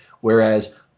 Whereas